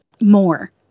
more